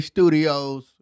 Studios